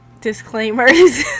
disclaimers